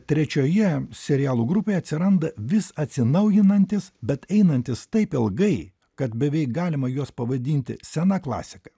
trečioje serialų grupėje atsiranda vis atsinaujinantis bet einantis taip ilgai kad beveik galima juos pavadinti sena klasika